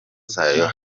zayo